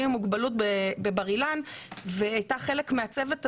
עם מוגבלות בבר אילן והיא הייתה חלק מהצוות הזה.